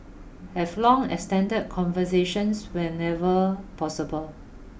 have long extended conversations wherever possible